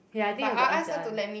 yeah I think have to ask your aunt